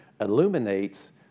illuminates